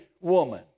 woman